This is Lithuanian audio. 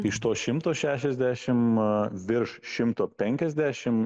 iš to šimto šešiasdešim virš šimto penkiasdešim